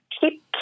keep